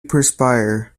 perspire